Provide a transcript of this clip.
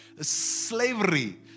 slavery